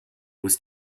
was